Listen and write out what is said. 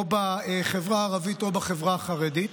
בחברה הערבית או בחברה החרדית.